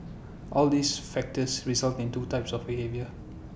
all these factors result in two types of behaviour